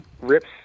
rips